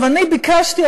אני ביקשתי,